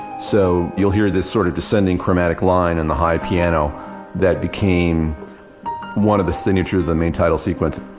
so you'll hear this sort of descending chromatic line in the high piano that became one of the signatures of the main title sequence.